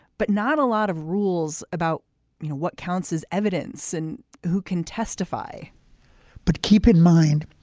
but not a lot of rules about what counts as evidence and who can testify but keep in mind,